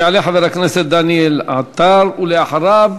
יעלה חבר הכנסת דניאל עטר, ואחריו,